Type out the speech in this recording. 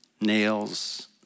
nails